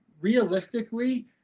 realistically